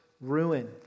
Ruin